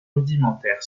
rudimentaire